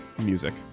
music